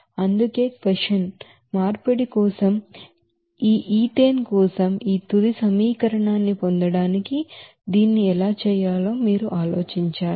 అందుకే కన్వెన్షన్ మార్పిడి కోసం ఈ ఈథేన్ కోసం ఈ తుది సమీకరణాన్ని పొందడానికి దీన్ని ఎలా చేయాలో మీరు ఆలోచించాలి